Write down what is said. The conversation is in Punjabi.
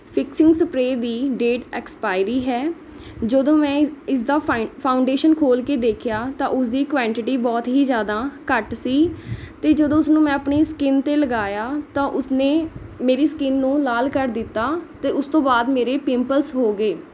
ਫਿਕਸਿੰਗ ਸਪਰੇ ਦੀ ਡੇਟ ਐਕਸਪਾਇਰੀ ਹੈ ਜਦੋਂ ਮੈਂ ਇਸਦਾ ਫਾਈਨ ਫਾਊਂਡੇਸ਼ਨ ਖੋਲ੍ਹ ਕੇ ਦੇਖਿਆ ਤਾਂ ਉਸਦੀ ਕੋਆਂਟਿਟੀ ਬਹੁਤ ਹੀ ਜ਼ਿਆਦਾ ਘੱਟ ਸੀ ਅਤੇ ਜਦੋਂ ਉਸਨੂੰ ਮੈਂ ਆਪਣੀ ਸਕਿੰਨ 'ਤੇ ਲਗਾਇਆ ਤਾਂ ਉਸਨੇ ਮੇਰੀ ਸਕਿੰਨ ਨੂੰ ਲਾਲ ਕਰ ਦਿੱਤਾ ਅਤੇ ਉਸ ਤੋਂ ਬਾਅਦ ਮੇਰੇ ਪਿੰਪਲਸ ਹੋ ਗਏ